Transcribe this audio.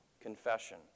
confession